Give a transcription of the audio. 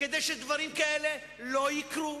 כדי שדברים כאלה לא יקרו.